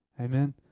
Amen